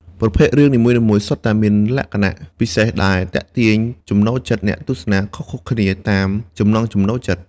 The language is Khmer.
រឿងភាគថៃមួយចំនួនក៏បានបញ្ចូលនូវអបិយជំនឿ ឬមន្តអាគមដែលពាក់ព័ន្ធនឹងប្រពៃណីរបស់ពួកគេផងដែរ។